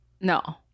No